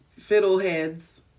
fiddleheads